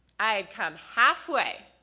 i had come halfway